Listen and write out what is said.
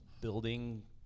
building